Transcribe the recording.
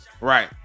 Right